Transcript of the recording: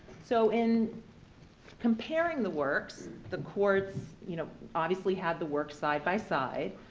so in comparing the works, the courts you know obviously had the works side by side,